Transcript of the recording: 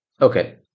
Okay